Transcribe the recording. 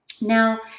Now